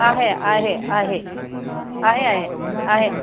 आहे आहे आहे आहे आहे आहे